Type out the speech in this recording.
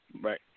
right